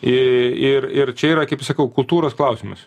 į ir ir čia yra kaip ir sakau kultūros klausimas